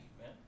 man